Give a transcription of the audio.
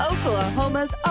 Oklahoma's